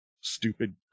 stupid